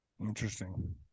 Interesting